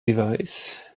device